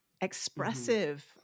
expressive